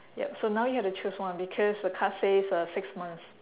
yup so now you have to choose one because the card says uh six months